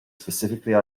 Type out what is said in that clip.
specifically